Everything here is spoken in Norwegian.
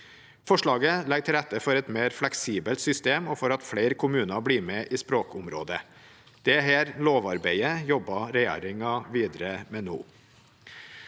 Forslaget legger til rette for et mer fleksibelt system, og for at flere kommuner blir med i språkområdet. Dette lovarbeidet jobber regjeringen videre med nå.